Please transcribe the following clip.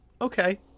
Okay